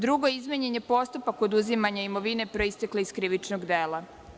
Drugo, izmenjen je postupak oduzimanja imovine proistekle iz krivičnog dela.